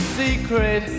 secret